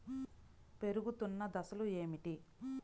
పెరుగుతున్న దశలు ఏమిటి?